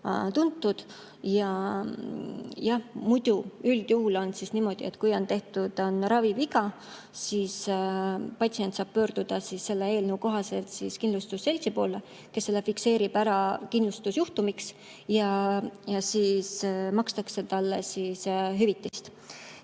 Muidu üldjuhul on niimoodi, et kui on tehtud raviviga, siis patsient saab pöörduda selle eelnõu kohaselt kindlustusseltsi poole, kes selle fikseerib ära kindlustusjuhtumina, ja siis makstakse inimesele hüvitist.